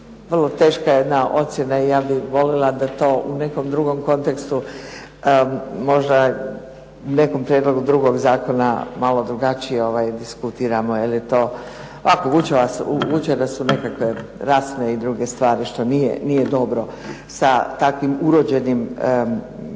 vrlo teška jedna ocjena i ja bih volila da to u nekom drugom kontekstu možda nekom prijedlogu drugog zakona malo drugačije ovaj diskutiramo jer je to, ako uče da su nekakve rasne i druge stvari što nije dobro sa takvim urođenim